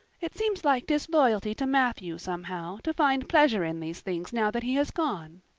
it seems like disloyalty to matthew, somehow, to find pleasure in these things now that he has gone,